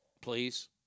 Please